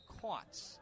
caught